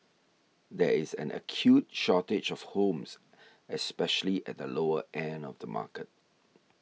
there is an acute shortage of homes especially at the lower end of the market